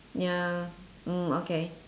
ya mm okay